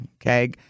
okay